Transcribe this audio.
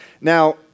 Now